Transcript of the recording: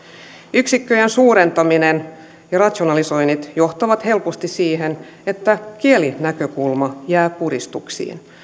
yksikköjen suurentaminen ja rationalisoinnit johtavat helposti siihen että kielinäkökulma jää puristuksiin